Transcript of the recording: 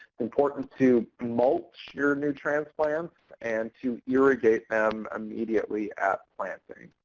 important to mulch your new transplants and to irrigate them immediately at planting.